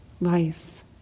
life